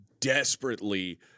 desperately